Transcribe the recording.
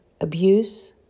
abuse